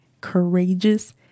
Courageous